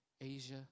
Asia